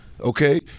okay